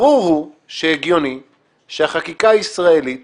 ברור הוא שהגיוני שהחקיקה הישראלית